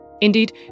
Indeed